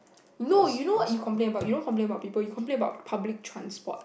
no you know what you complain you don't complain about people you complain about public transport